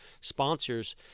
sponsors